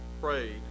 prayed